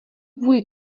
kvůli